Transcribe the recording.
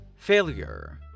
failure